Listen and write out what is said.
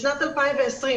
בשנת 2020,